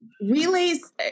Relays